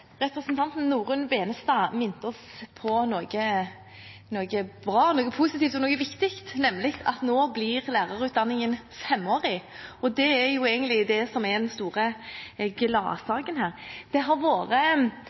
Representanten Norunn Benestad minte oss på noe bra, noe positivt og viktig, nemlig at nå blir lærerutdanningen femårig. Det er egentlig det som er den store gladsaken her. Det er unaturlig å ha igjen en utdanning på fire år, når vi har